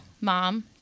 Mom